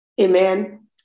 amen